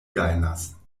gajnas